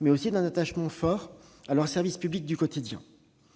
mais aussi de leur fort attachement à leurs services publics du quotidien.